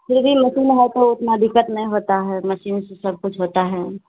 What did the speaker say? फिर भी मशीन है तो उतनी दिक्कत नहीं होती है अभी मशीन से सबकुछ होता है